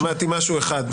למדתי משהו אחד.